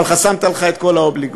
אבל חסמת לך את כל האובליגו.